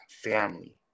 family